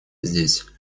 здесь